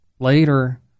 Later